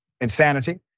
insanity